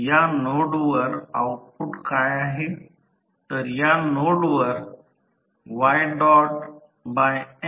तर प्राथमिक बाजूस प्रत्येक गोष्ट आहे तर त्या बाबतीत आता जेव्हा आपण या दिशेने त्याचे रूपांतर केव्हा करतो हे आपल्याला आधी पाहिले आहे हे V2 K V2 बाहेर येईल आणि हीओळ दर्शविते